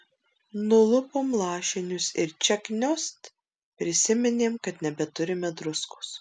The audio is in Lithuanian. nulupom lašinius ir čia kniost prisiminėm kad nebeturime druskos